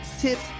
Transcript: tips